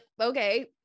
okay